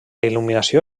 il·luminació